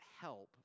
help